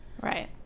Right